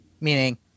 meaning